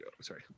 sorry